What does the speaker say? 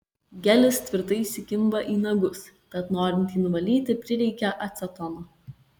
gelis tvirtai įsikimba į nagus tad norint jį nuvalyti prireikia acetono